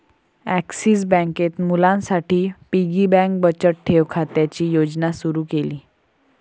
axis बँकेत मुलांसाठी piggy bank बचत ठेव खात्याची योजना सुरू केली